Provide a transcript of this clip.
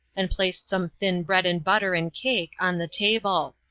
and placed some thin bread and butter and cake on the table.